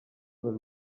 dos